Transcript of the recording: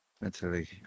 mentally